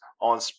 on